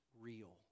real